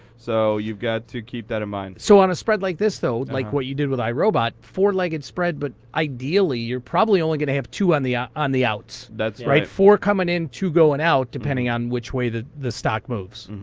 so you've got to keep that in mind. so on a spread like this, though, like what you did with irobot, four legged spread, but ideally you're probably only going to have two on the ah on the outs. that's right. four coming in, two going out, depending on which way the the stock moves.